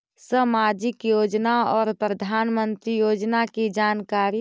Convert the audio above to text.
समाजिक योजना और प्रधानमंत्री योजना की जानकारी?